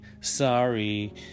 sorry